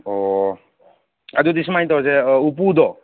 ꯑꯣ ꯑꯗꯨꯗꯤ ꯁꯨꯃꯥꯏ ꯇꯧꯔꯖꯦ ꯎꯄꯨꯗꯣ